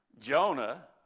Jonah